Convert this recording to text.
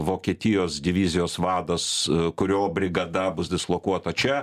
vokietijos divizijos vadas kurio brigada bus dislokuota čia